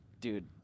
dude